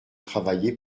travaillé